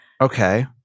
Okay